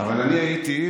אבל אני הייתי.